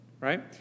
right